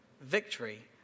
victory